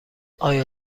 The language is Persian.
آیا